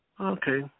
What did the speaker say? okay